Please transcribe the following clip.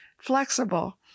Flexible